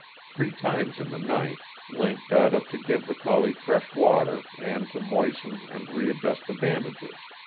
three times in the night link got up to give the collie fresh water and to moisten and re-adjust the bandages.